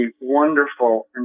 wonderful